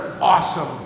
awesome